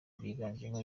byiganjemo